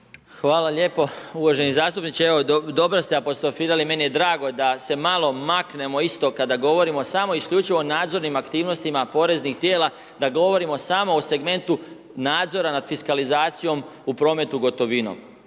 Hvala lijepo. Uvaženi zastupniče, dobro ste apostrofirali, meni je drago da se malo maknemo iz toga, kada govorimo samo isključivo nadzornim aktivnostima poreznih tijela da govorimo samo o segmentu nadzora nad fiskalizaciju u prometu gotovinom.